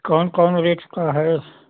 कौन कौन रेट का है